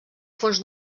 fons